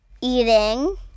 eating